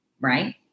right